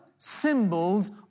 symbols